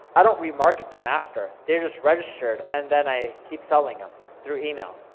i don't re-market them after. they were just registered, and then i keep selling em through email.